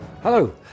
Hello